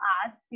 ask